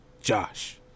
Josh